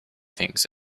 things